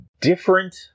different